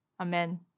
amen